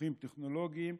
פיתוחים טכנולוגיים,